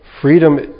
freedom